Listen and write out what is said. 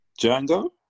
Django